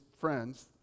friends